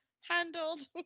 handled